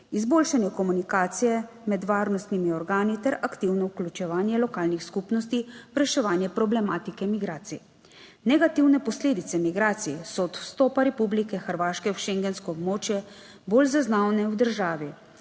izboljšanje komunikacije med varnostnimi organi ter aktivno vključevanje lokalnih skupnosti v reševanje problematike migracij. Negativne posledice migracij so od vstopa Republike Hrvaške v schengensko območje bolj zaznavne v državi,